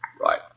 Right